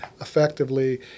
effectively